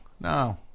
No